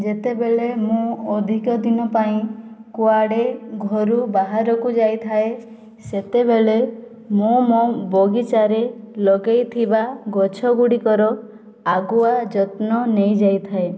ଯେତେବେଳେ ମୁଁ ଅଧିକ ଦିନ ପାଇଁ କୁଆଡ଼େ ଘରୁ ବାହାରକୁ ଯାଇଥାଏ ସେତେବେଳେ ମୁଁ ମୋ ବଗିଚାରେ ଲଗାଇଥିବା ଗଛ ଗୁଡ଼ିକର ଆଗୁଆ ଯତ୍ନ ନେଇଯାଇଥାଏ